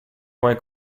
come